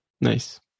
Nice